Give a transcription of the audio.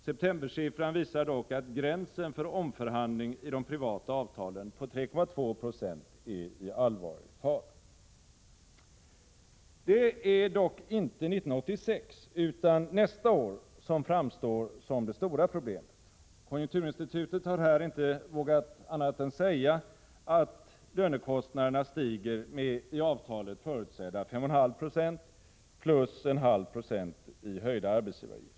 Septembersiffran visar dock att gränsen för omförhandling i de privata avtalen på 3,2 96 är i allvarlig fara. Det är dock inte 1986 utan nästa år som framstår som det stora problemet. Konjunkturinstitutet har här inte vågat annat än att säga att lönekostnaderna stiger med i avtalet förutsedda 5,5 76 plus en halv procent i höjda arbetsgivaravgifter.